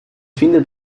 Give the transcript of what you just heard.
findet